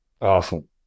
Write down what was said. awesome